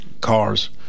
cars